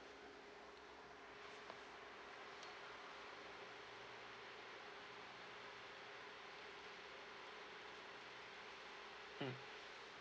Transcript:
mm